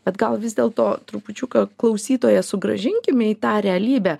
bet gal vis dėlto trupučiuką klausytoją sugrąžinkime į tą realybę